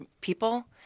people